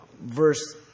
verse